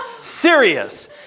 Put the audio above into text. Serious